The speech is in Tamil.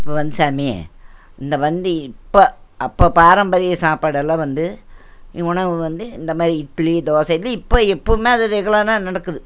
இப்போ வந்து சாமி இந்த வந்து இப்போ அப்போ பாரம்பரிய சாப்பாடெல்லாம் வந்து எ உணவு வந்து இந்த மாதிரி இட்லி தோசைன்னு இப்போ எப்போவுமே அது ரெகுலராக நடக்குது